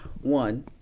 One